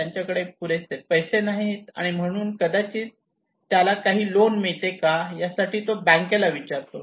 त्याच्याकडे पुरेसे पैसे नाहीत आणि म्हणून कदाचित त्याला काही लोन मिळते का यासाठी तो बँकेला विचारतो